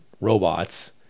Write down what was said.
robots